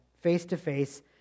face-to-face